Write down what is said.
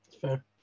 Fair